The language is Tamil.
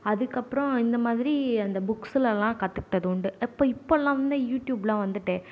அதுக்கு அப்புறோம் இந்தமாதிரி அந்த புக்ஸ்லலாம் கத்துக்கிட்டது உண்டு எப்போ இப்போலாந்தான் யூடியூப்லாம் வந்துட்டே